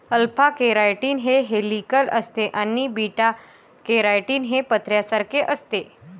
alpha keratin हे helical असते आणि बीटा केराटीन हे पत्र्यासारखे असते